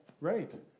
Right